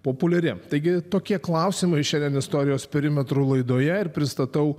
populiari taigi tokie klausimai šiandien istorijos perimetrų laidoje ir pristatau